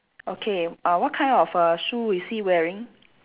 okay uh what kind of err shoe is he wearing